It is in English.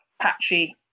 patchy